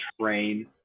train